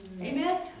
Amen